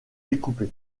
découpé